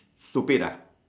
stupid ah